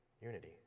unity